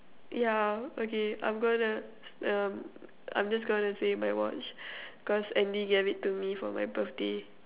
yeah okay I'm gonna um I'm just gonna say my watch cause Andy gave it to me for my birthday